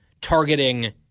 targeting